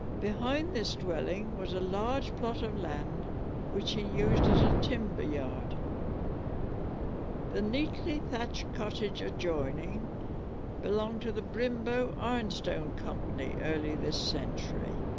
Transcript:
behind this dwelling was a large plot of land which he used as a timber yard the neatly thatched cottage adjoining belonged to the brymbo ironstone company early this century